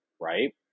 Right